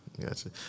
Gotcha